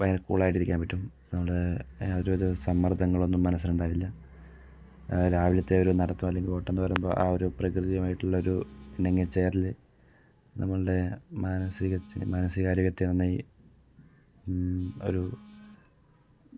ഭയങ്കര കൂൾ ആയിട്ടിരിയ്ക്കാൻ പറ്റും അതുകൊണ്ട് ഓരോരോ സമ്മർദങ്ങൾ ഒന്നും മനസ്സിൽ ഉണ്ടാകില്ല രാവിലത്തെ ഒരു നടത്തം അല്ലെങ്കിൽ ഓട്ടം എന്ന് പറയുമ്പോൾ ആ ഒരു പ്രകൃതിയുമായിട്ടുള്ളൊരു ഇണങ്ങി ചേരൽ നമ്മളുടെ മാനസിക മാനസിക ആരോഗ്യത്തെ നന്നായി ഒരു